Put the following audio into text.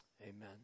amen